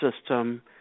system